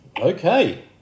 Okay